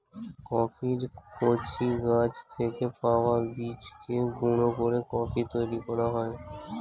কফির কচি গাছ থেকে পাওয়া বীজকে গুঁড়ো করে কফি তৈরি করা হয়